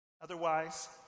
Otherwise